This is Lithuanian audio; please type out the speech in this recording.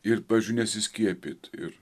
ir pavyzdžiui nesiskiepyt ir